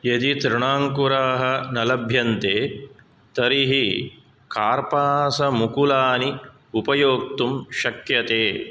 यदि तृणाङ्कुराः न लभ्यन्ते तर्हि कार्पासमुकुलानि उपयोक्तुं शक्यते